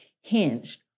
hinged